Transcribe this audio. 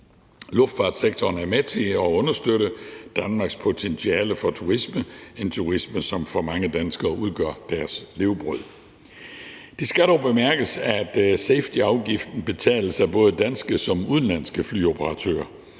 Luftfartssektoren er med til at understøtte Danmarks potentiale for turisme – en turisme, som for mange danskere udgør deres levebrød. Det skal dog bemærkes, at safetyafgiften betales af både danske såvel som udenlandske flyoperatører,